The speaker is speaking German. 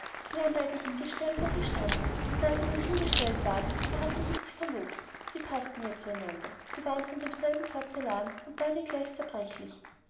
sie waren beide hingestellt wo sie standen und da sie nun hingestellt waren so hatten sie sich verlobt sie paßten ja zu einander sie waren von demselben porzellan und beide gleich zerbrechlich